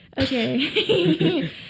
Okay